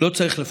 לא צריך לפחד.